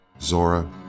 Zora